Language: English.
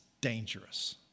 dangerous